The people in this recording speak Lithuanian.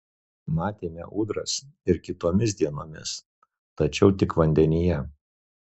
matėme ūdras ir kitomis dienomis tačiau tik vandenyje